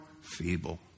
feeble